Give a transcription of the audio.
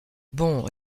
bon